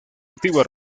activa